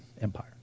Empire